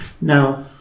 Now